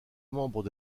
membres